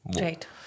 Right